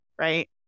Right